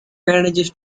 manages